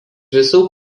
visų